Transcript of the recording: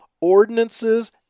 ordinances